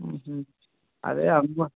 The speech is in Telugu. అదే అమ్మ